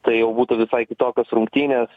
tai jau būtų visai kitokios rungtynės